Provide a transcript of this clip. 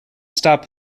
stop